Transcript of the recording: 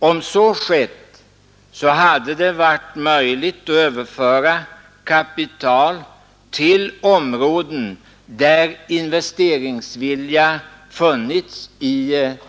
Om så skett hade det varit möjligt att i tillräcklig tid överföra kapital till områden där investeringsviljan funnits.